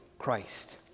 Christ